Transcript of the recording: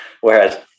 whereas